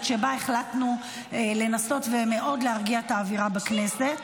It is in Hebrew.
שבה החלטנו לנסות ומאוד להרגיע את האווירה בכנסת,